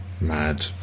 mad